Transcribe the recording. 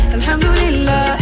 Alhamdulillah